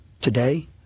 Today